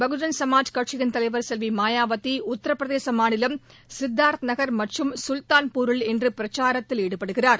பகுஜன் சமாஜ் கட்சியின்தலைவர் செல்வி மாயாவதி உத்தரப்பிரதேச மாநிலம் சித்தார்த் நகர் மற்றும் சுல்தான்பூரில் இன்று பிரச்சாரத்தில் ஈடுபடுகிறார்